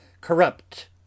corrupt